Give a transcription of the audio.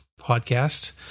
podcast